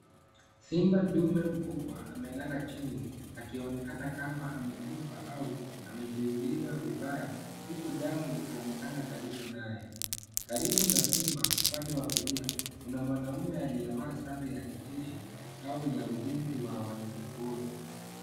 Simba dume mkubwa amelala chini, akionekana kama amekufa au amejeruiwa vibaya uku damu ikionekana karibu naye. Karibu na simba upande wa kulia kuna mwanaume aliyevaa sare ya kijeshi au ya ulinzi wa wanyamapori.